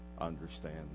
understand